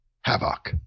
havoc